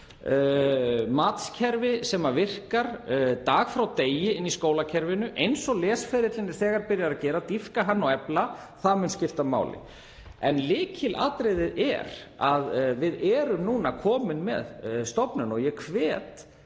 Matskerfi sem virkar dag frá degi í skólakerfinu, eins og lesferillinn er þegar byrjaður að gera, það þarf að dýpka hann og efla, það mun skipta máli. En lykilatriðið er að nú erum við komin með stofnun og ég hvet